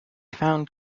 found